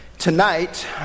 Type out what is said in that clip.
Tonight